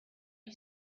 you